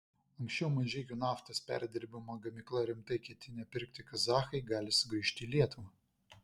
anksčiau mažeikių naftos perdirbimo gamyklą rimtai ketinę pirkti kazachai gali sugrįžti į lietuvą